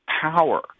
power